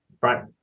right